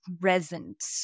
present